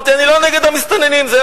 אני אמרתי: אני לא נגד המסתננים.